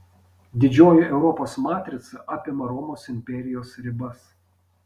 didžioji europos matrica apima romos imperijos ribas